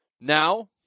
now